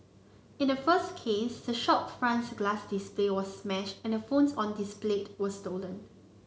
in the first case the shop front's glass display was smashed and the phones on displayed were stolen